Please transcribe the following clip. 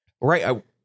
right